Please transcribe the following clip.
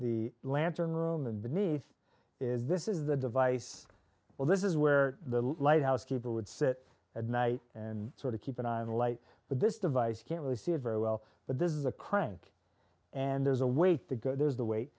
the lantern room and beneath is this is the device well this is where the lighthouse keeper would sit at night and sort of keep an eye on light but this device can't really see it very well but this is a crank and there's a way to go there's the